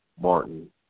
Martin